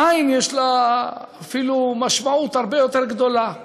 העין יש לה אפילו משמעות הרבה יותר גדולה.